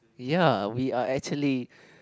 ya we are actually